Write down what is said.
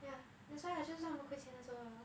yeah that's why 就是他们亏钱的时候